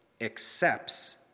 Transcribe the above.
accepts